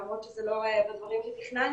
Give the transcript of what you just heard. למרות שזה לא היה בדברים שתכננתי.